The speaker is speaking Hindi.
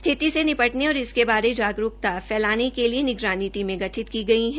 स्थिति से निपटने और इसके बारे जागरूक्ता फैलाने के लिए निगरानी टीमें गठित की गई है